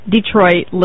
Detroit